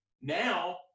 Now